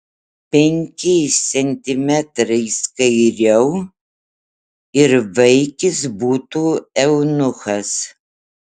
penkiais centimetrais kairiau ir vaikis būtų eunuchas